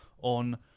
on